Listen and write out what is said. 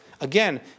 again